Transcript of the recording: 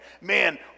man